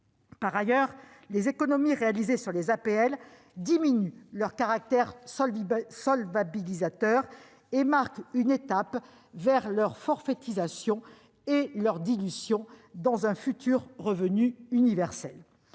Par ailleurs, les économies réalisées sur les APL diminuent leur caractère solvabilisateur et constituent une étape vers leur forfaitisation et leur dilution dans un futur revenu universel.